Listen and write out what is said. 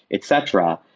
etc,